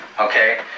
okay